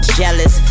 jealous